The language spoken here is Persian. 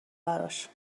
براش